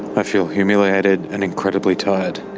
i feel humiliated and incredibly tired.